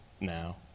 now